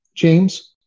James